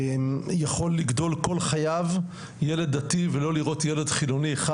יכול לגדול כל חייו ילד דתי ולא לראות ילד חילוני אחד